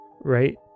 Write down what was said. right